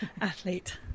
athlete